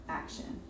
action